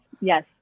Yes